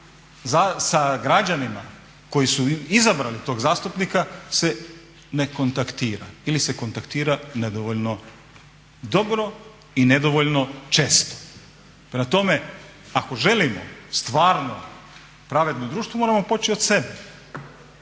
sa građanima koji su izabrali tog zastupnika se ne kontaktira ili se kontaktira nedovoljno. Dobro i nedovoljno često. Prema tome, ako želimo stvarno pravedno društvo moramo poći od sebe.